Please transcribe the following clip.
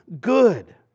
good